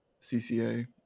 CCA